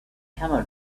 camel